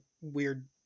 weird